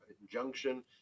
injunction